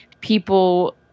people